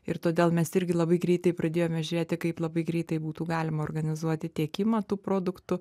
ir todėl mes irgi labai greitai pradėjome žiūrėti kaip labai greitai būtų galima organizuoti tiekimą tų produktų